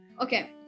Okay